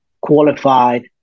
qualified